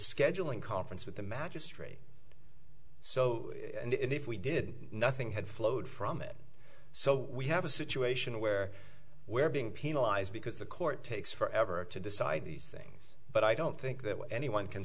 scheduling conference with the magistrate so and if we did nothing had flowed from it so we have a situation where we're being penalized because the court takes forever to decide these things but i don't think that anyone can